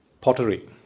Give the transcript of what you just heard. pottery